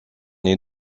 est